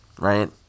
Right